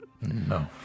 No